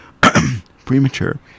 premature